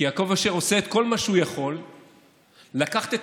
כי יעקב אשר עושה את כל מה שהוא יכול לקחת את